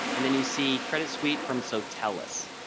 and then you see credit suite from sotellus.